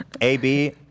AB